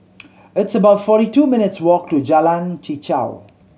it's about forty two minutes' walk to Jalan Chichau